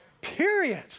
Period